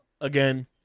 Again